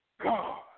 God